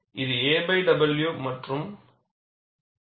இது a w மற்றும் 0